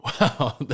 Wow